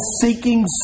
seeking